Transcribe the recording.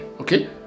Okay